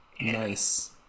nice